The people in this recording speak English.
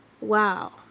Wow